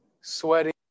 sweating